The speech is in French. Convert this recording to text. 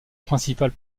principale